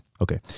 Okay